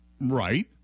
Right